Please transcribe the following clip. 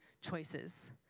choices